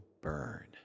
burn